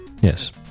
Yes